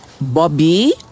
Bobby